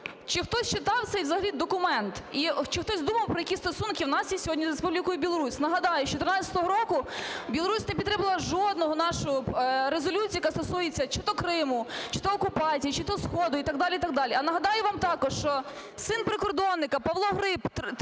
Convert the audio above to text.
Чи хтось читав цей взагалі документ? Чи хтось думав, які стосунки у нас є сьогодні з Республікою Білорусь? Нагадаю, з 2014 року Білорусь не підтримала жодну нашу резолюцію, яка стосується чи то Криму, чи то окупації, чи то сходу і так далі, і так далі. А нагадаю вам також, що син прикордонника Павло Гриб